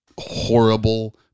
horrible